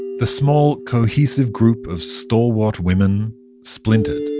the small, cohesive group of stalwart women splintered.